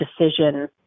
decision